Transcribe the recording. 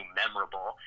memorable